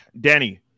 danny